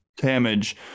damage